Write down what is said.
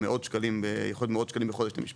וזה יכול להיות מאות שקלים לחודש למשפחה,